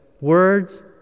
Words